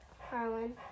Harlan